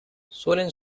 suelen